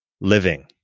living